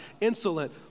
insolent